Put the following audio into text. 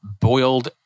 Boiled